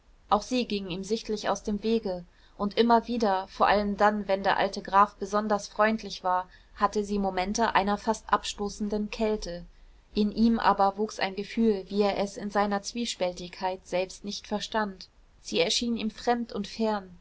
auch sie ging ihm sichtlich aus dem wege und immer wieder vor allem dann wenn der alte graf besonders freundlich war hatte sie momente einer fast abstoßenden kälte in ihm aber wuchs ein gefühl wie er es in seiner zwiespältigkeit selbst nicht verstand sie erschien ihm fremd und fern